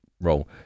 role